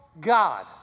God